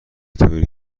طوری